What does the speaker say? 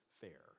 fair